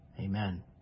Amen